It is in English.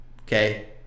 Okay